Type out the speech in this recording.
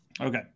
Okay